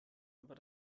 aber